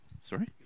sorry